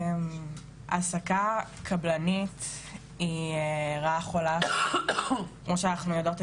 העסקה קבלנית היא רעה חולה שכמו שאנחנו יודעות,